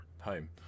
home